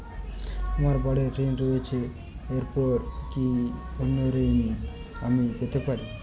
আমার বাড়ীর ঋণ রয়েছে এরপর কি অন্য ঋণ আমি পেতে পারি?